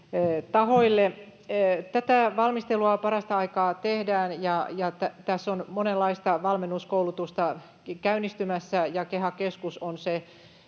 Tätä valmistelua parasta aikaa tehdään, ja tässä on monenlaista valmennuskoulutusta käynnistymässä. KEHA-keskus on se,